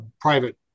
private